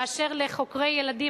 בהקשר של חוקרי ילדים,